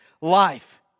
life